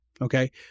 Okay